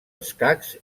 escacs